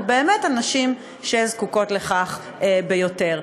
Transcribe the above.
לנשים שזקוקות לכך ביותר.